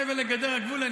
מעבר לגדר הגבול,